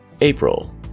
April